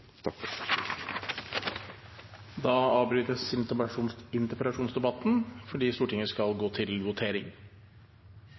Da avbrytes interpellasjonsdebatten fordi Stortinget skal